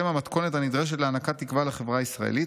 הם המתכונת הנדרשת להענקת תקווה לחברה הישראלית,